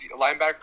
linebacker